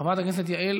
חבר הכנסת איתן ברושי,